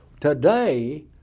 today